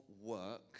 work